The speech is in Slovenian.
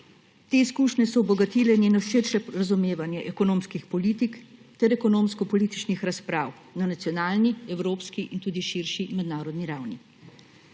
Te izkušnje so obogatile njeno širše razumevanje ekonomskih politik ter ekonomsko- političnih razprav na nacionalni, evropski in tudi širši mednarodni ravni.